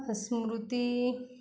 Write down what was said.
स्मृती